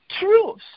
truth